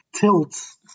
tilts